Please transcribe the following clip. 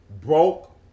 Broke